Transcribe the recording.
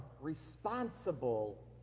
responsible